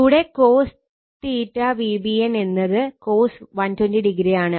കൂടെ cos VBN എന്നത് cos 120o ആണ്